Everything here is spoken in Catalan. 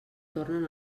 tornen